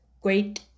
great